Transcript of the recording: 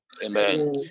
amen